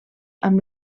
amb